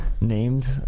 named